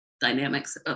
dynamics